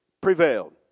prevailed